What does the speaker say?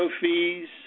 fees